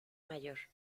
mayor